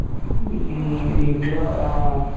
ఇంట్లో